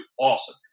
awesome